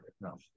No